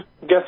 guess